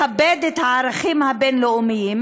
לכבד את הערכים הבין-לאומיים,